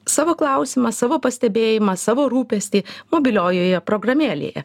savo klausimą savo pastebėjimą savo rūpestį mobiliojoje programėlėje